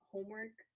homework